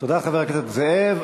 תודה, חבר הכנסת זאב.